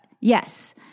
yes